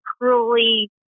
cruelly